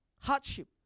Hardship